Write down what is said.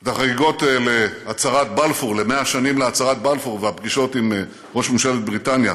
את החגיגות ל-100 שנים להצהרת בלפור והפגישות עם ראש ממשלת בריטניה